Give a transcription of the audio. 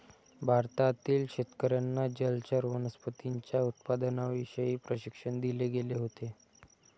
भारतातील शेतकर्यांना जलचर वनस्पतींच्या उत्पादनाविषयी प्रशिक्षण दिले गेले होते